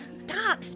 Stop